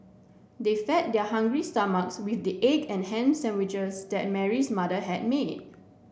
they fed their hungry stomachs with the egg and ham sandwiches that Mary's mother had made